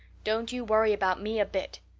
don't you worry about me a bit.